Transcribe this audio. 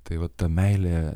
tai va ta meilė